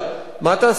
מה תעשה אתם?